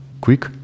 quick